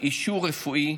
אישור רפואי,